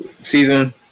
season